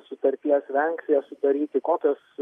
sutarties vengs ją sudaryti kokios